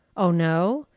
o no!